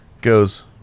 goes